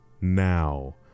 Now